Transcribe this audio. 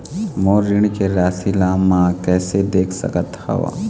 मोर ऋण के राशि ला म कैसे देख सकत हव?